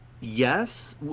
yes